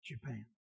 Japan